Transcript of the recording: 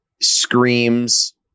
screams